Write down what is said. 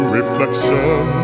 reflection